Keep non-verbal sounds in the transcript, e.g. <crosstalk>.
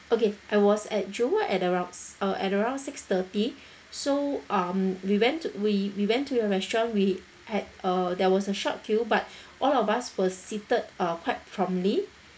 okay I was at jewel at around uh at around six thirty so um we went to we went to your restaurant we had uh there was a short queue but <breath> all of us were seated uh quite promptly